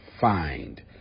find